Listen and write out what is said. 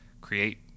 create